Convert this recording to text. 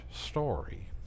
story